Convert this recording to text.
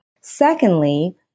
Secondly